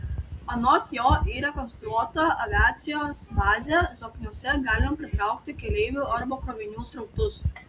anot jo į rekonstruotą aviacijos bazę zokniuose galima pritraukti keleivių arba krovinių srautus